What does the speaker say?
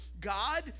God